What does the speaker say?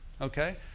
Okay